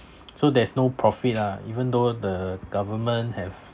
so there's no profit lah even though the government have